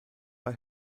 bei